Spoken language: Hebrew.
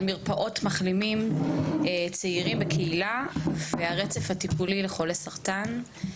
על מרפאות למחלימים צעירים בקהילה ועל הרצף הטיפולי לחולי סרטן.